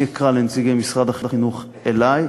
אני אקרא לנציגי משרד החינוך אלי.